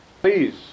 please